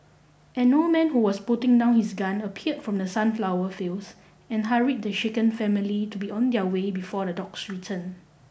an old man who was putting down his gun appeared from the sunflower fields and hurried the shaken family to be on their way before the dogs return